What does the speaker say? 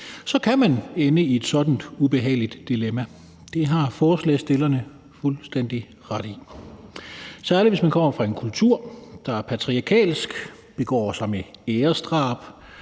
så kan man ende i et sådant ubehageligt dilemma – det har forslagsstillerne fuldstændig ret i – særlig hvis man kommer fra en kultur, der er patriarkalsk, der begår æresdrab,